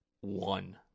One